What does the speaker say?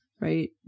right